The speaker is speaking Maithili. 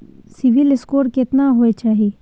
सिबिल स्कोर केतना होय चाही?